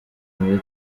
muri